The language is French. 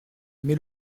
mais